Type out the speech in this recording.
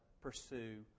pursue